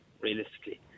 Realistically